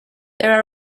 there